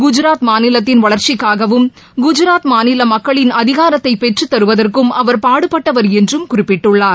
குஜராத் மாநிலத்தின் வளர்ச்சிக்காகவும் குஜராத் மாநிலமக்களின் அதிகாரத்தைபெற்றுதருவதற்கும் அவர் பாடுபட்டவர் என்றும் குறிப்பிட்டுள்ளார்